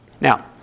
Now